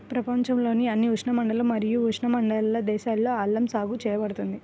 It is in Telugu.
ప్రపంచంలోని అన్ని ఉష్ణమండల మరియు ఉపఉష్ణమండల దేశాలలో అల్లం సాగు చేయబడుతుంది